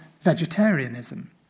vegetarianism